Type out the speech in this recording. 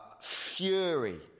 fury